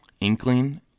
inkling